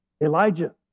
Elijah